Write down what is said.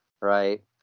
right